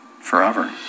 forever